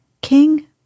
King